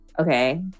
Okay